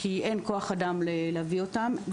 כי אין כוח אדם להביא אותם.